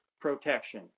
protection